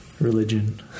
religion